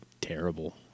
terrible